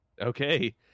Okay